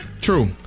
true